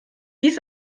dies